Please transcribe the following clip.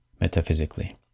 metaphysically